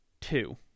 two